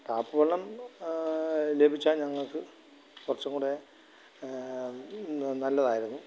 ടാപ്പുവെള്ളം ലഭിച്ചാല് ഞങ്ങക്ക് കുറച്ചുങ്കുടെ നല്ലതായിരുന്നു